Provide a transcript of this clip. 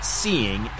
seeing